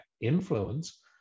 influence